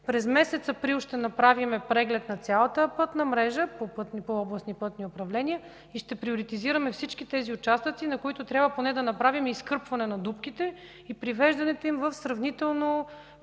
през месец април ще направим преглед на цялата пътна мрежа по областни пътни управления и ще приоритизираме всички тези участъци, на които трябва да направим поне изкърпване на дупките и привеждането им в сравнително